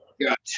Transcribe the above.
got